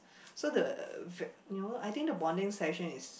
so the you know I think the bonding session is